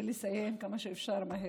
ולסיים כמה שאפשר מהר,